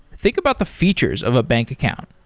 think about the features of a bank account.